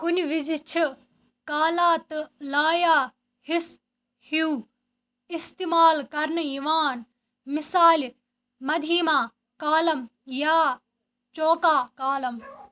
كُنہِ وِزِ چھِ كالا تہٕ لایاہِس ہیوٗ اِستعمال كرنہٕ یوان مِثالہِ مَدھیٖما كالَم یا چوكا كالَم